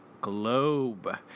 Globe